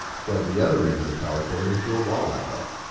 plug the other end of the power cord into a wall outlet.